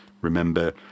remember